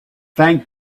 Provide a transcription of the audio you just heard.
thank